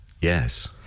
Yes